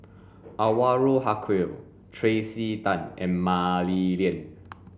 Anwarul Haque Tracey Tan and Mah Li Lian